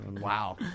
Wow